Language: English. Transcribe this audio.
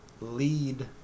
lead